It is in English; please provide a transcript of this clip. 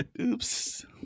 Oops